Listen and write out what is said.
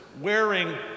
wearing